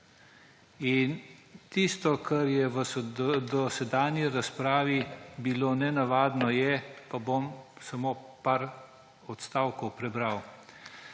In tisto, kar je v dosedanji razpravi bilo nenavadno, je, pa bom samo nekaj odstavkov prebral.